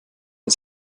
der